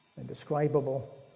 indescribable